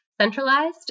centralized